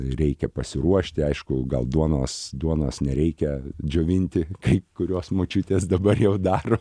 reikia pasiruošti aišku gal duonos duonos nereikia džiovinti kai kurios močiutės dabar jau daro